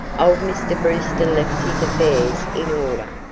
old mr. brewster left his affairs in order.